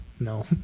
no